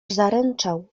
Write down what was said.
zaręczał